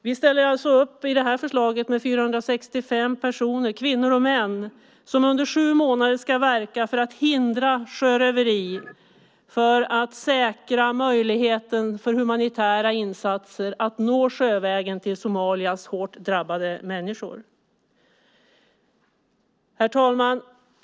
Vi ställer i förslaget upp med 465 kvinnor och män som under sju månader ska verka för att hindra sjöröveri och säkra möjligheten för humanitära insatser att nå sjövägen till Somalias hårt drabbade människor. Herr talman!